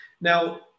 now